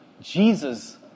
Jesus